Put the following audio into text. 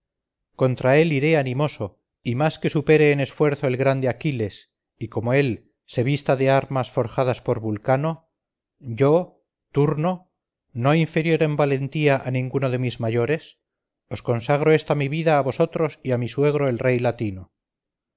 contra él iré animoso y más que supere en esfuerzo el grande aquiles y como él se vista de armas forjadas por vulcano yo turno no inferior en valentía a ninguno de mis mayores os consagro esta mi vida a vosotros y a mi suegro el rey latino